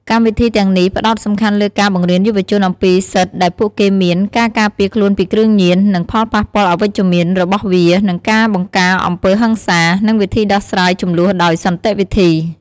កម្មវិធីទាំងនេះផ្តោតសំខាន់លើការបង្រៀនយុវជនអំពីសិទ្ធិដែលពួកគេមាន ការការពារខ្លួនពីគ្រឿងញៀន និងផលប៉ះពាល់អវិជ្ជមានរបស់វា និងការបង្ការអំពើហិង្សា និងវិធីដោះស្រាយជម្លោះដោយសន្តិវិធី។